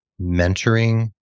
mentoring